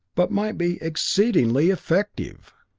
but might be exceedingly effective!